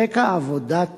ברקע עבודת